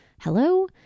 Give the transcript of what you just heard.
hello